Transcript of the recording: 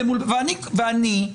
ואני,